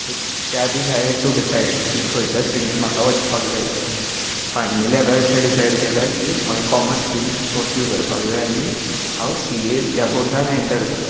so त्या दीस I had to decide की खंयचे स्ट्रिमींत म्हाका वचपाक जाय तें फायनली हांवें अशें डिसायड केलें की म्हाका कोमर्स स्ट्रिम परस्यू करपाक जाय आनी हांव सी ए ह्या कॉर्सान एंटर जालो